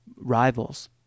rivals